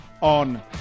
on